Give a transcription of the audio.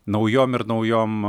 naujom ir naujom